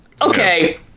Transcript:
Okay